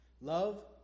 Love